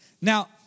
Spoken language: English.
Now